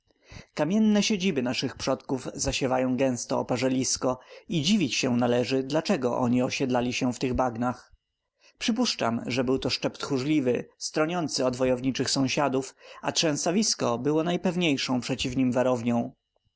kamienne siedziby naszych przodków zasiewają gęsto oparzelisko i dziwić się należy dlaczego oni osiedlali się w tych bagnach przypuszczam że to był szczep tchórzliwy stroniący od wojowniczych sąsiadów a trzęsawisko było najpewniejszą przeciw nim